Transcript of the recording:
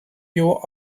your